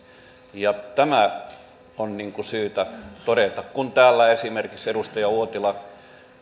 ja tämä on syytä todeta kun täällä esimerkiksi edustaja uotila